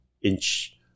inch